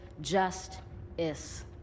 just-is